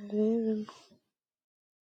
ngo arebemo.